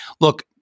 look